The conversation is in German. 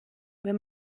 wenn